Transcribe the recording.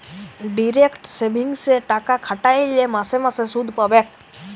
direct সেভিংসে টাকা খ্যাট্যাইলে মাসে মাসে সুদ পাবেক